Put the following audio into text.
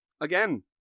again